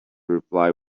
reply